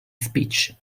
speech